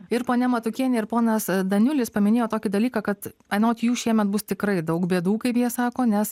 ir ponia matukienė ir ponas daniulis paminėjo tokį dalyką kad anot jų šiemet bus tikrai daug bėdų kaip jie sako nes